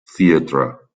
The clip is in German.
theater